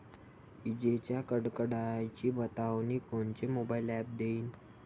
इजाइच्या कडकडाटाची बतावनी कोनचे मोबाईल ॲप देईन?